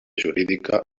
jurídica